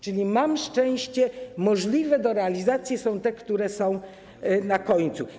Czyli mam szczęście, możliwe do realizacji są te, które są na końcu.